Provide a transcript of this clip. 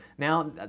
Now